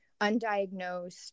undiagnosed